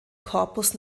korpus